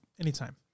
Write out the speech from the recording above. Anytime